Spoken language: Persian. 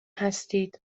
هستید